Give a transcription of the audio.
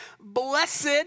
Blessed